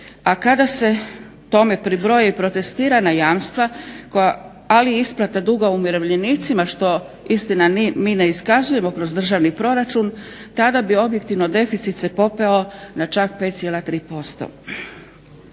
a kada se tome pribroji protestirana jamstva ali i isplata duga umirovljenicima što istina mi ne iskazujemo kroz državni proračun tada bi objektivno deficit se popeo na čak 5,3%.